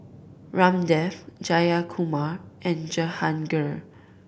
Ramdev Jayakumar and Jehangirr